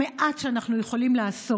המעט שאנחנו יכולים לעשות,